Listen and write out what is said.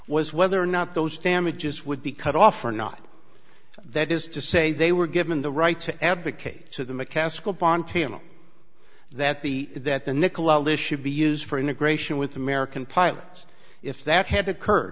was whether or not those damages would be cut off or not that is to say they were given the right to advocate to the mccaskill bond panel that the that the nicolelis should be used for integration with american pilots if that had occurred